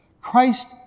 Christ